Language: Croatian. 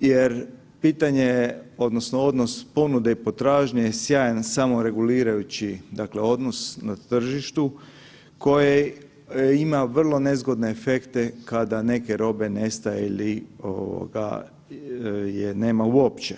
jer pitanje odnosno odnos ponude i potražnje je sjajan samo regulirajući odnos na tržištu koje ima vrlo nezgodne efekte kada neke robe nestaje ili je nema uopće.